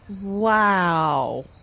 Wow